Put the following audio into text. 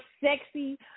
sexy